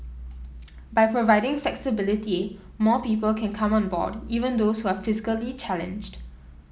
by providing flexibility more people can come on board even those who are physically challenged